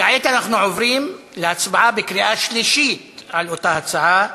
כעת אנחנו עוברים להצבעה בקריאה שלישית על אותה הצעה.